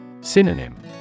Synonym